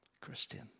Christian